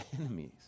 enemies